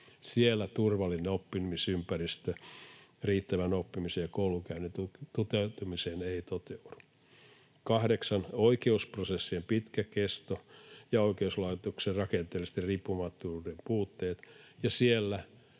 Siellä turvallinen oppimisympäristö riittävään oppimiseen ja koulunkäynnin toteutumiseen ei toteudu. 8) Oikeusprosessien pitkä kesto ja oikeuslaitoksen rakenteellisen riippumattomuuden puutteet.